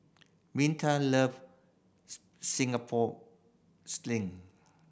Minta loves Singapore Sling